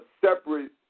separate